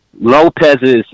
Lopez's